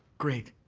great.